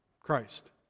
Christ